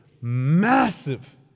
massive